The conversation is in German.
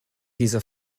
dieser